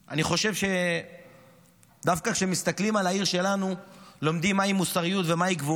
אני חושב שדווקא כשמסתכלים על העיר שלנו לומדים מהי מוסריות ומהי גבורה,